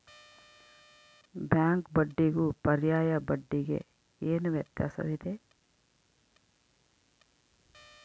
Bank ಬಡ್ಡಿಗೂ ಪರ್ಯಾಯ ಬಡ್ಡಿಗೆ ಏನು ವ್ಯತ್ಯಾಸವಿದೆ?